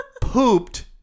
pooped